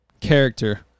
character